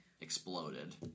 exploded